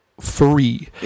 free